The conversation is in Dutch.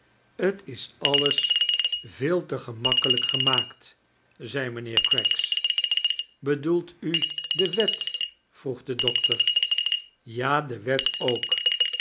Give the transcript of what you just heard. t is alles veel te gemakkelijk gemaakt zei mijnheer craggs bedtoielt u de wet vroeg de doctor ja de wet ook